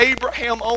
Abraham